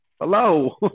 Hello